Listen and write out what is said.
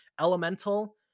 Elemental